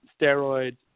steroids